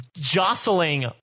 jostling